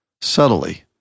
subtly